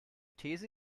these